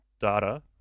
data